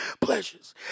pleasures